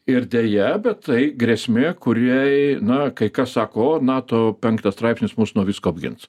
ir deja bet tai grėsmė kuriai na kai kas sako o nato penktas straipsnis mus nuo visko apgins